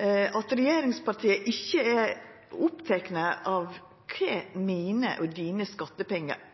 og at regjeringspartia ikkje er opptekne av kva mine og dine skattepengar